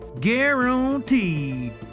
Guaranteed